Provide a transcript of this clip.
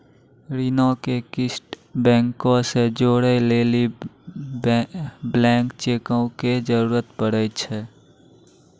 ऋणो के किस्त बैंको से जोड़ै लेली ब्लैंक चेको के जरूरत पड़ै छै